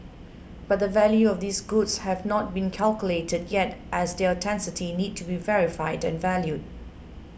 but the value of these goods have not been calculated yet as their authenticity need to be verified and valued